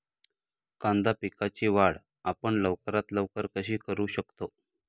कांदा पिकाची वाढ आपण लवकरात लवकर कशी करू शकतो?